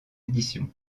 édition